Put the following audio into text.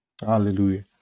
Hallelujah